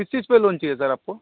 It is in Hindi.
किस चीज़ पर लोन चाहिए सर आपको